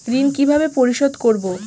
ঋণ কিভাবে পরিশোধ করব?